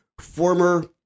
former